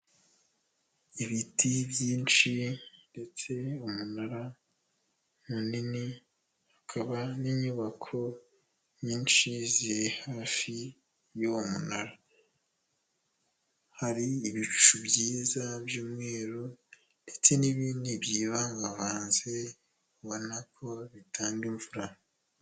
Ibiti byinshi ndetse umunara munini hakaba n'inyubako nyinshi ziri hafi y'uwo munara, hari ibicu byiza by'umweru ndetse n'ibindi byivanganze, ubona ko bitanga imvura.